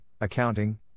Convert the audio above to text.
accounting